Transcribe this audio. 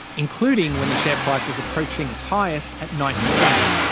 including when the share price was approaching its highest, at ninety cents.